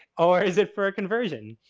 or is it for a conversion?